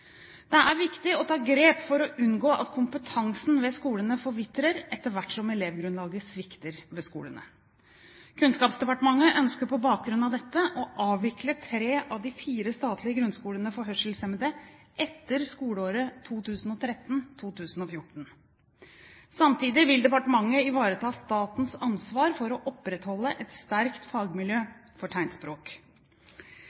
Det er viktig å ta grep for å unngå at kompetansen ved skolene forvitrer etter hvert som elevgrunnlaget svikter ved skolene. Kunnskapsdepartementet ønsker på bakgrunn av dette å avvikle tre av de fire statlige grunnskolene for hørselshemmede etter skoleåret 2013–2014. Samtidig vil departementet ivareta statens ansvar for å opprettholde et sterkt fagmiljø